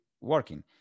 working